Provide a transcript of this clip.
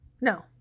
No